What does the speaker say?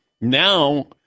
now